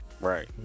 Right